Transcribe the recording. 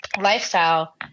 lifestyle